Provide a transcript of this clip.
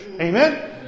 Amen